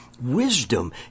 wisdom